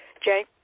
Jay